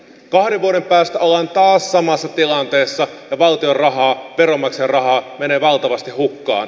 kahden vuoden päästä ollaan taas samassa tilanteessa ja valtion rahaa veronmaksajien rahaa menee valtavasti hukkaan